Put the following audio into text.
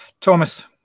Thomas